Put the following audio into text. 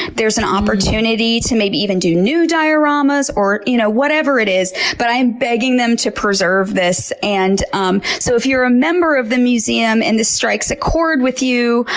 there's an opportunity to maybe even do new dioramas or you know whatever it is, but i'm begging them to preserve it. and um so if you're a member of the museum and this strikes a chord with you,